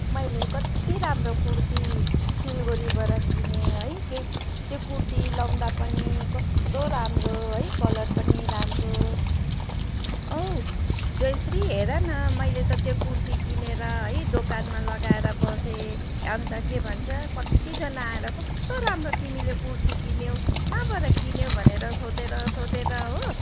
मैले कत्ति राम्रो कुर्ती सिलगढीबाट किनेँ है त्यस त्यो कुर्ती लगाउँदा पनि कस्तो राम्रो है कलर पनि राम्रो औ जयश्री हेर न मैले त त्यो कुर्ती किनेर है दोकानमा लगाएर बसेँ अन्त के भन्छ कत्तिजना आएर कस्तो राम्रो तिमीले कुर्ती किन्यौँ कहाँबाट किन्यो भनेर सोधेर सोधेर हो